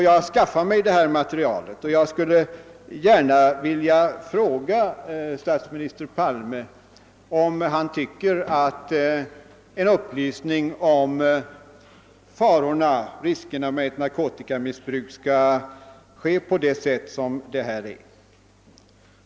Jag skaffade mig detta material, och jag vill gärna fråga statsminister Palme, om han tycker att en upplysning om farorna och riskerna med narkotikamissbruk skall ges på det sätt som här har skett.